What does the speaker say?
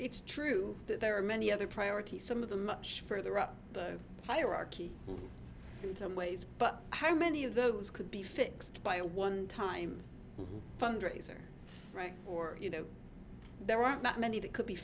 it's true that there are many other priorities some of the much further up the hierarchy in some ways but how many of those could be fixed by a one time fundraiser right or you know there aren't that many that could be